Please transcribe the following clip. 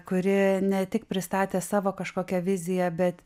kuri ne tik pristatė savo kažkokią viziją bet